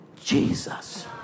Jesus